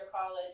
college